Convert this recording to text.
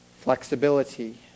Flexibility